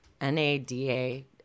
n-a-d-a